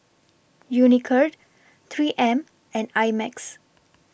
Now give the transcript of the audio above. Unicurd three M and I Max